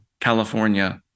California